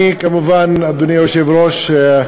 כמובן, אדוני היושב-ראש,